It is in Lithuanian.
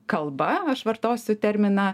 kalba aš vartosiu terminą